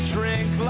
Drink